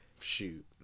Shoot